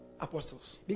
apostles